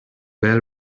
bell